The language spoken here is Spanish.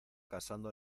casando